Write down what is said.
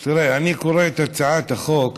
תראו, אני קורא את הצעת החוק